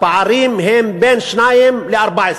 הפערים הם בין 2 ל-14.